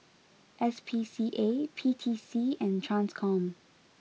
S P C A P T C and Transcom